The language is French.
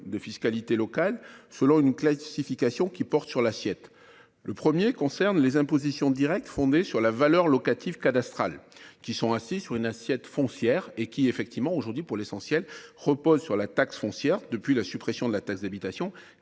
de fiscalité locale selon une classification qui porte sur l’assiette. Le premier bloc concerne les impositions directes fondées sur la valeur locative cadastrale. Elles sont assises sur une assiette foncière et reposent en effet, pour l’essentiel, sur la taxe foncière depuis la suppression de la taxe d’habitation,